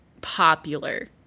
popular